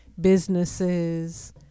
businesses